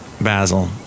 Basil